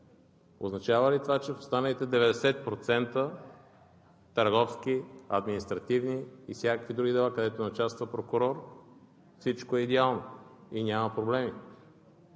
означава ли това, че в останалите 90% търговски, административни и всякакви други дела, където не участва прокурор, всичко е идеално и няма проблеми?